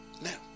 Now